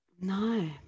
No